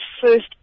first